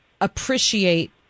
appreciate